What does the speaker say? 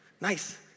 nice